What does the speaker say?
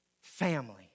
family